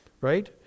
Right